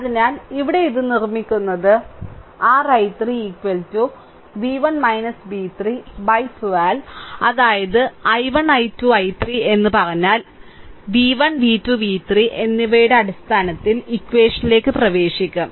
അതിനാൽ ഇവിടെ ഇത് നിർമ്മിക്കുന്നത് r i3 v1 v3 by 12 അതായത് i1 i 2 i3 എന്ന് പറഞ്ഞാൽ ഇവിടെ പറഞ്ഞാൽ v1 v2 v3 എന്നിവയുടെ അടിസ്ഥാനത്തിൽ ഇക്വഷനിലേക് പ്രവേശിക്കും